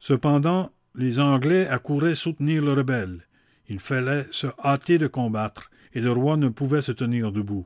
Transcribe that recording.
cependant les anglais accouraient soutenir le rebelle il fallait se hâter de combattre et le roi ne pouvait se tenir debout